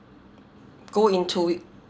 go into it